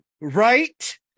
right